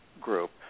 group